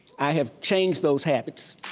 i have changed those habits.